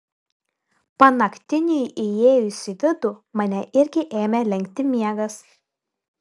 panaktiniui įėjus į vidų mane irgi ėmė lenkti miegas